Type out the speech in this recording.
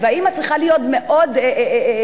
והאמא צריכה להיות מאוד יצירתית.